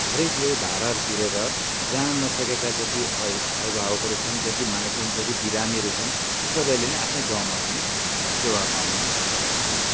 धेरै थिए भाडाहरू तिरेर जान नसकेका जति अभि अभिभावकहरू छन् जति मानिसहरू छन् जति बरामीहरू छन् ती सबैले नि आफ्नै गाउँमा पनि सेवा पाउन सक्ने थिए